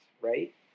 right